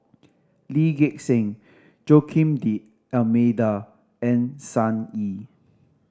Lee Gek Seng Joaquim D'Almeida and Sun Yee